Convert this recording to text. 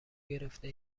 گرفته